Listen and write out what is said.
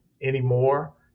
anymore